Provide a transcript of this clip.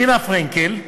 רינה פרנקל,